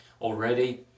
already